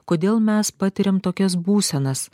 kodėl mes patiriam tokias būsenas